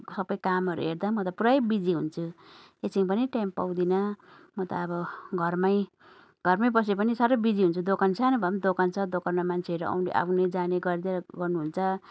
सबै कामहरू हेर्दा म त पुरै बिजी हुन्छु एकछिन पनि टाइम पाउँदिन म त अब घरमै घरमै बसे पनि साह्रो बिजी हुन्छु दोकान सानो भए पनि दोकान छ दोकानमा मान्छेहरू आउ आउने जाने गर्दै गर्नुहुन्छ